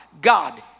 God